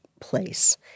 place